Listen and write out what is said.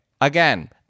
Again